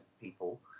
people